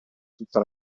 tutta